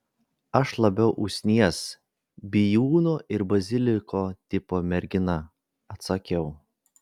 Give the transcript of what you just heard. aš labiau usnies bijūno ir baziliko tipo mergina atsakiau